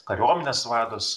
kariuomenės vadas